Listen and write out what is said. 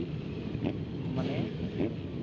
ᱼ ᱢᱟᱱᱮ